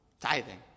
Tithing